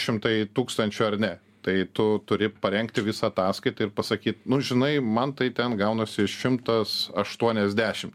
šimtai tūkstančių ar ne tai tu turi parengti visą ataskaitą ir pasakyt nu žinai man tai ten gaunasi šimtas aštuoniasdešimt